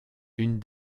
une